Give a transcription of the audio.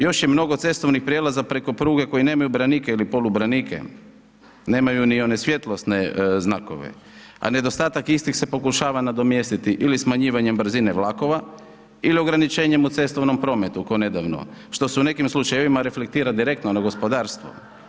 Još je mnogo cestovnih prijevoza preko pruge, koje nemaju branike ili polubranike, nemaju ni one svjetlonosne znakove, a nedostatak istih se pokušava namjestiti, ili smanjivanjem brzine vlakova ili ograničenjem u cestovnom prometu, ko nedavno, što su u nekim slučajevima reflektira direktno na gospodarstvo.